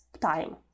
time